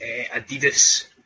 Adidas